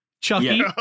Chucky